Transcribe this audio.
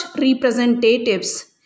representatives